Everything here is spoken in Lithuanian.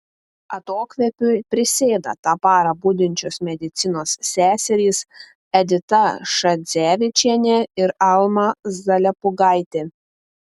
atokvėpiui prisėda tą parą budinčios medicinos seserys edita šadzevičienė ir alma zalepūgaitė